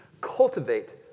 Cultivate